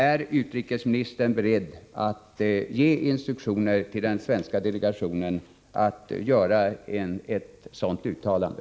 Är utrikesministern beredd att ge instruktioner om att den svenska delegationen skall göra ett sådant uttalande?